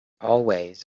always